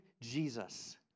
Jesus